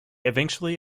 eventually